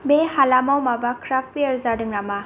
बे हालामाव माबा क्राफ्त फैयार जादों नामा